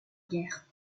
guerre